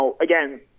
again